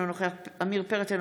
אינו נוכח עמיר פרץ,